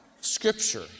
Scripture